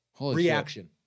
Reaction